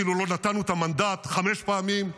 כאילו לא נתנו את המנדט חמש פעמים,